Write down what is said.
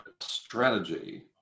strategy